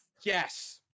Yes